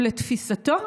ולתפיסתו,